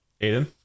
Aiden